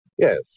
Yes